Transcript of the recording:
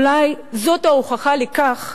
אולי זאת ההוכחה לכך